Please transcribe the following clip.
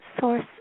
source